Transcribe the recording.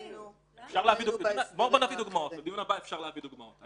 לדיון הבא אפשר להביא דוגמות.